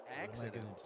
accident